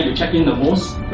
ah check in the most,